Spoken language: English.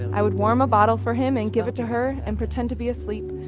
i would warm a bottle for him, and give it to her, and pretend to be asleep,